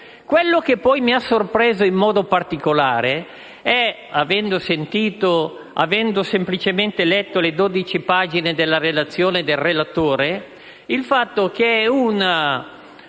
Quello che poi mi ha sorpreso in modo particolare, avendo semplicemente letto le dodici pagine della relazione del relatore, è il fatto che si tratta